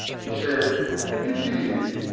he said indeed,